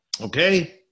Okay